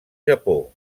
japó